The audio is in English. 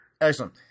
Excellent